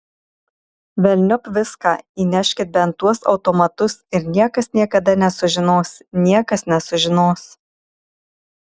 velniop viską įneškit bent tuos automatus ir niekas niekada nesužinos niekas nesužinos